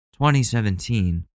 2017